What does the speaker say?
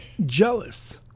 jealous